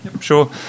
Sure